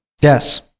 yes